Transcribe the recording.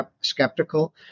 skeptical